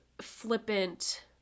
flippant